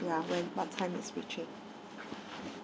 ya when what time he's reaching